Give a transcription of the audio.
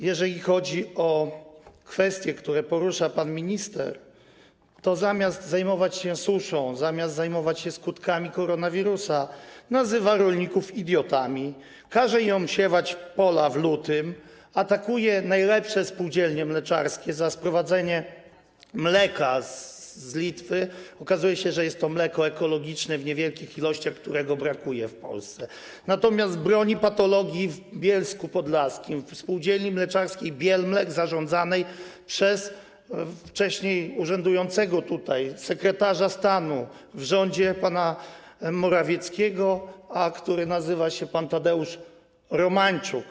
Jeżeli chodzi o kwestie, które porusza pan minister, to zamiast zajmować się suszą, zamiast zajmować się skutkami koronawirusa, nazywa rolników idiotami, każe im obsiewać pola w lutym, atakuje najlepsze spółdzielnie mleczarskie za sprowadzenie mleka z Litwy - okazuje się, że jest to mleko ekologiczne w niewielkich ilościach, którego brakuje w Polsce - natomiast broni patologii w Bielsku Podlaskim, w spółdzielni mleczarskiej Bielmlek zarządzanej przez wcześniej urzędującego sekretarza stanu w rządzie pana Morawieckiego, który nazywa się Tadeusz Romańczuk.